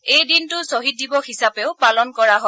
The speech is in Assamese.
এই দিনটো ছহিদ দিৱস হিচাপেও পালন কৰা হয়